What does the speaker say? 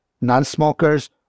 non-smokers